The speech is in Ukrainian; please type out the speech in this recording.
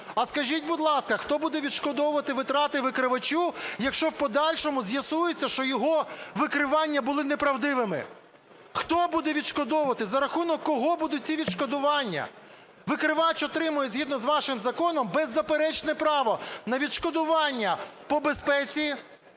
А скажіть, будь ласка, хто буде відшкодовувати витрати викривачу, якщо в подальшому з'ясується, що його викривання були неправдивими? Хто буде відшкодовувати? За рахунок кого будуть ці відшкодування? Викривач отримує згідно з вашим законом беззаперечне право на відшкодування по безпеці,